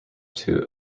two